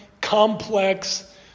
complex